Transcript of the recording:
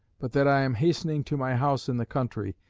but that i am hastening to my house in the country.